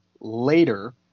later